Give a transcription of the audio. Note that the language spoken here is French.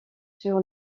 sur